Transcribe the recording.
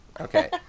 Okay